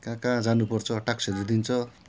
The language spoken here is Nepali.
कहाँ कहाँ जानु पर्छ टाक्सहरू दिन्छ